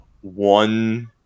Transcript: one